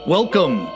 Welcome